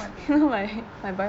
what thing